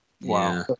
Wow